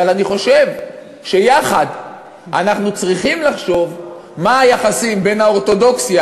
אבל אני חושב שיחד אנחנו צריכים לחשוב מה היחסים בין האורתודוקסיה